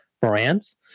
brands